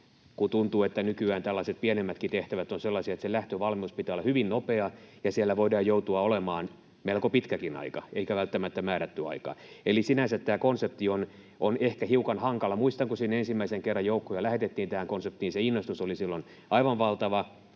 mutta tuntuu, että nykyään tällaiset pienemmätkin tehtävät ovat sellaisia, että lähtövalmiuden pitää olla hyvin nopea ja siellä voidaan joutua olemaan melko pitkäkin aika, eikä välttämättä määrätty aika. Eli sinänsä tämä konsepti on ehkä hiukan hankala. Muistan, kun ensimmäisen kerran joukkoja lähetettiin tähän konseptiin, se innostus oli silloin aivan valtava